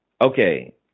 Okay